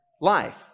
life